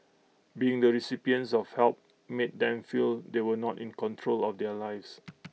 being the recipients of help made them feel they were not in control of their lives